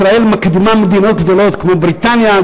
ישראל מקדימה מדינות גדולות כמו בריטניה,